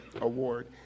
Award